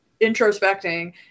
introspecting